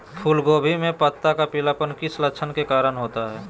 फूलगोभी का पत्ता का पीलापन किस लक्षण के कारण होता है?